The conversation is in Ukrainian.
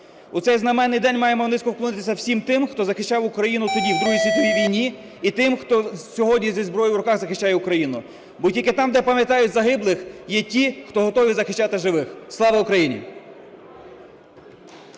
У цей знаменний день маємо низько вклонитися всім тим, хто захищав Україну тоді, в Другій світовій війні, і тим, хто сьогодні зі зброєю в руках захищає Україну. Бо тільки там, де пам'ятають загиблих, є ті, хто готовий захищати живих. Слава Україні!